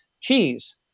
cheese